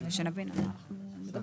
כדי שנבין על מה אנחנו מדברים.